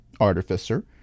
artificer